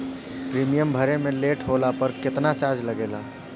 Premium भरे मे late होला पर केतना चार्ज लागेला?